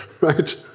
right